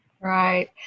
Right